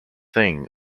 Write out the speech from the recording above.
thing